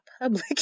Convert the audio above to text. public